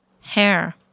Hair